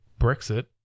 Brexit